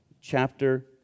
chapter